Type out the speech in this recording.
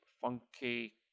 funky